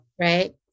right